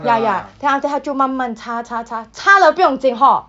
ya ya then after that 他就慢慢擦擦擦擦了不用紧 hor